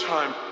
Time